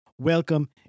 Welcome